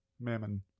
Mammon